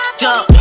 jump